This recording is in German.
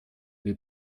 wir